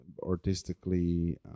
artistically